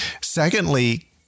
Secondly